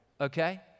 okay